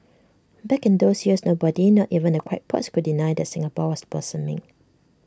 back in those years nobody not even the crackpots could deny that Singapore was blossoming